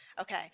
okay